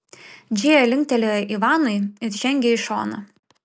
džėja linktelėjo ivanui ir žengė į šoną